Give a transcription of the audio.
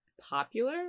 popular